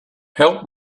help